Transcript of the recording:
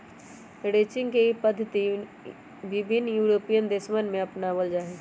ranching के ई पद्धति विभिन्न यूरोपीयन देशवन में अपनावल जाहई